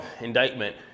indictment